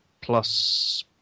Plus